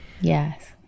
Yes